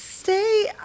Stay